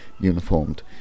uniformed